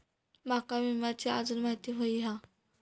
माका विम्याची आजून माहिती व्हयी हा?